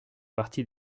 partie